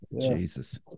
Jesus